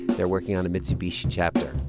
they're working on a mitsubishi chapter.